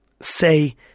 say